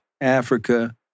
Africa